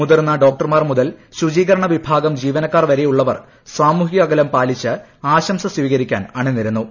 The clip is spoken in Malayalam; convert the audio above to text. മുതിർന്ന ഡോക്ടർമാർ മുതൽ ശുചീകരണ വിഭാഗം ജീവനക്കാർ വരെയുള്ളവർ സാമൂഹിക അകലം പാലിച്ച് ആശംസ സ്വീകരിക്കാൻ അണിനിരന്നു